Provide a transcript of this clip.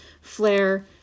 flare